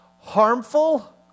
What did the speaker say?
harmful